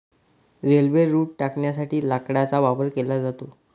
railway रुळ टाकण्यासाठी लाकडाचा वापर केला जातो